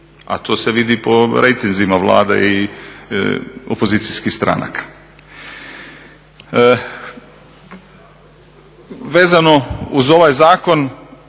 A to se vidi po rejtinzima Vlade i opozicijskih stranaka. Vezano uz ovaj zakon,